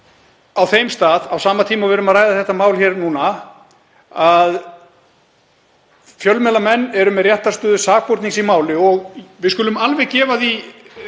á þeim stað, á sama tíma og við erum að ræða þetta mál núna, að fjölmiðlamenn eru með réttarstöðu sakbornings í máli — og við skulum alveg gefa því